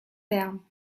terme